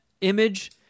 Image